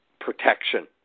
protection